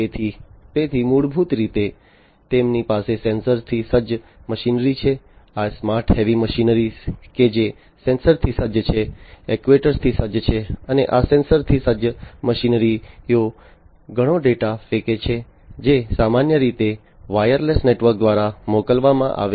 તેથી તેથી મૂળભૂત રીતે તેમની પાસે સેન્સરથી સજ્જ મશીનરી છે આ સ્માર્ટ હેવી મશીનરી કે જે સેન્સરથી સજ્જ છે એક્ટ્યુએટરથી સજ્જ છે અને આ સેન્સરથી સજ્જ મશીનરી ઓ ઘણો ડેટા ફેંકે છે જે સામાન્ય રીતે વાયરલેસ નેટવર્ક દ્વારા મોકલવામાં આવે છે